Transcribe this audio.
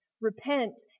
repent